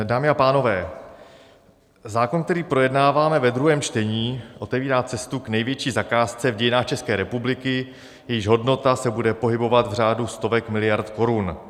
Dámy a pánové, zákon, který projednáváme ve druhém čtení, otevírá cestu k největší zakázce v dějinách České republiky, jejíž hodnota se bude pohybovat v řádu stovek miliard korun.